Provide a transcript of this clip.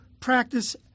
practice